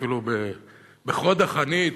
אפילו בחוד החנית,